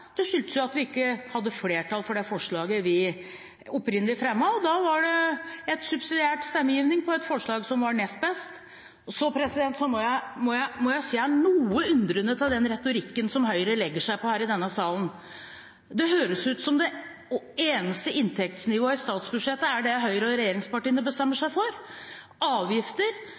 Det skyldtes jo at vi ikke hadde flertall for det forslaget vi opprinnelig fremmet, og da var det subsidiær stemmegivning til et forslag som var nest best. Så må jeg si at jeg er noe undrende til den retorikken som Høyre legger seg på her i denne salen. Det høres ut som det eneste inntektsnivået i statsbudsjettet er det Høyre og regjeringspartiene bestemmer seg for. Avgifter